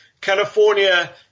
California